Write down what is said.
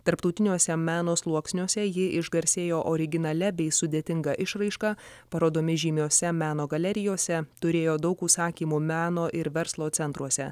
tarptautiniuose meno sluoksniuose ji išgarsėjo originalia bei sudėtinga išraiška parodomis žymiose meno galerijose turėjo daug užsakymų meno ir verslo centruose